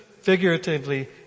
figuratively